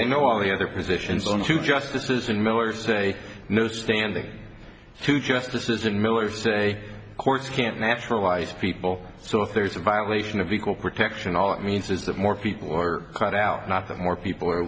i know all the other positions on two justices in miller say no standing to justices in miller say courts can't naturalize people so if there's a violation of equal protection all it means is that more people or cut out nothing more people